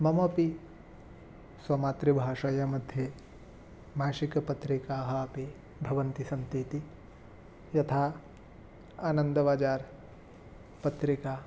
ममपि स्वमातृभाषया मध्ये भाषिकपत्रिकाः अपि भवन्ति सन्ति इति यथा आनन्दवाजार् पत्रिका